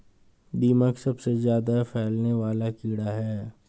दीमक सबसे ज्यादा फैलने वाला कीड़ा है